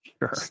Sure